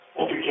Okay